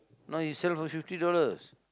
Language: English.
no you sell for fifty dollars